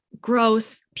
gross